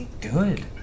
Good